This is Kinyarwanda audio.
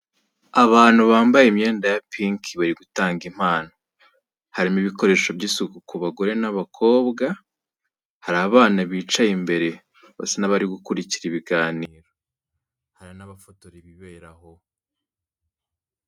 Abantu bambaye imyenda ya pinki bari gutanga impano, harimo ibikoresho by'isuku ku bagore n'abakobwa. Hari abana bicaye imbere basa n'abari gukurikira ibiganiro, hari n'abafotora ibibera aho.